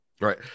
Right